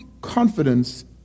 confidence